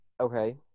Okay